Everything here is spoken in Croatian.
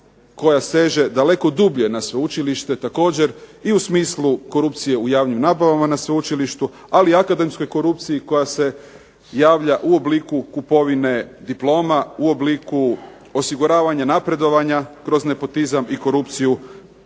koja seže daleko dublje na sveučilište. Također i u smislu korupcije u javnim nabavama na sveučilištu, ali i akademskoj korupciji koja se javlja u obliku kupovine diploma, u obliku osiguravanja napredovanja kroz nepotizam i korupciju